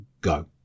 go